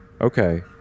Okay